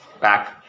back